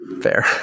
Fair